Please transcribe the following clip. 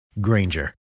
Granger